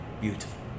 Beautiful